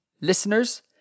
listeners